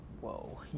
whoa